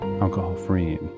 alcohol-free